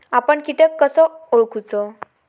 आपन कीटक कसो ओळखूचो?